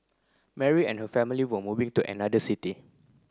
Mary and her family were moving to another city